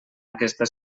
aquesta